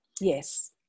Yes